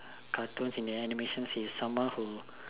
cartoons and animations he's someone who